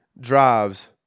drives